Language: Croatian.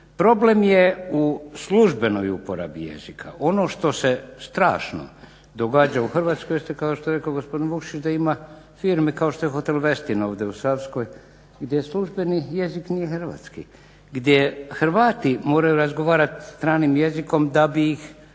Problem je u službenoj uporabi jezika. Ono što se strašno događa u Hrvatskoj jest kao što je rekao gospodin Vukšić da ima firmi kao što je hotel Westin ovdje u Savskoj gdje službeni jezik nije hrvatski, gdje Hrvati moraju razgovarati stranim jezikom da bi ih